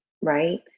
Right